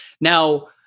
Now